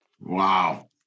Wow